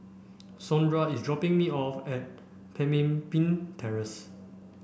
Saundra is dropping me off at Pemimpin Terrace